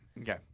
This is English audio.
Okay